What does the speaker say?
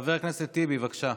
חבר הכנסת טיבי, בבקשה.